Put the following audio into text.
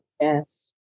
Yes